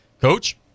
Coach